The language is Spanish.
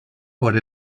por